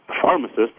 pharmacist